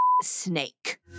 snake